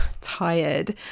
tired